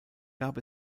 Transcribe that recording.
gab